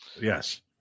Yes